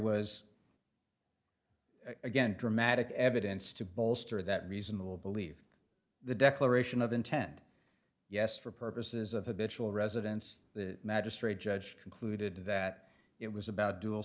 was again dramatic evidence to bolster that reasonable believe the declaration of intent yes for purposes of habitual residence the magistrate judge concluded that it was about dual